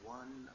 one